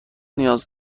نیاز